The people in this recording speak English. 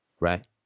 Right